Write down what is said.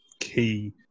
key